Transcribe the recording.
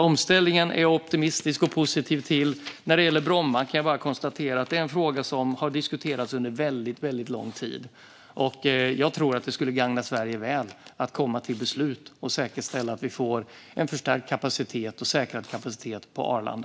Omställningen är jag alltså optimistisk och positiv till. När det gäller Bromma kan jag bara konstatera att det är en fråga som har diskuterats under väldigt, väldigt lång tid. Jag tror att det skulle gagna Sverige väl att komma till beslut och säkerställa att vi får en förstärkt och säkrad kapacitet på Arlanda.